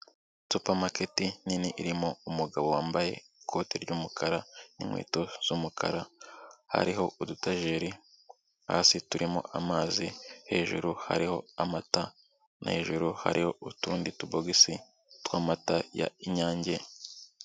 Supermarket nini irimo umugabo wambaye ikote ry'umukara n'inkweto z'umukara, hariho udutajeri hasi turimo amazi hejuru hariho amata, hejuru hari utundi tubogisi tw'amata y'inyange.